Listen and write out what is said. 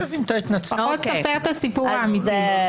לפחות תספר את הסיפור האמיתי.